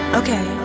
okay